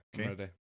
okay